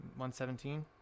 117